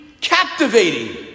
captivating